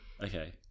Okay